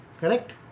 Correct